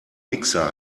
mixer